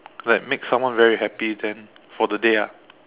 like make someone very happy then for the day ah